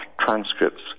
transcripts